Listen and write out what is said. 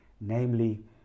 namely